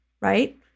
right